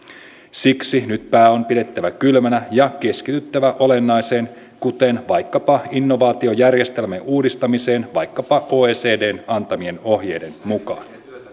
siksi nyt pää on pidettävä kylmänä ja keskityttävä olennaiseen kuten vaikkapa innovaatiojärjestelmien uudistamiseen oecdn antamien ohjeiden mukaan